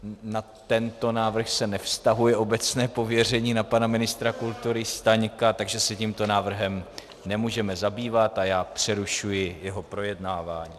Na tento návrh se nevztahuje obecné pověření na pana ministra kultury Staňka, takže se tímto návrhem nemůžeme zabývat a já přerušuji jeho projednávání.